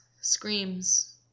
screams